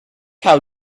how